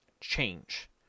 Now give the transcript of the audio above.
change